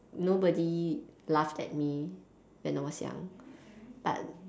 nobody laughed at me when I was young but